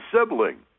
sibling